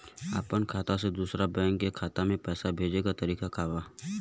अपना खाता से दूसरा बैंक के खाता में पैसा भेजे के तरीका का बा?